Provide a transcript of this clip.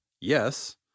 yes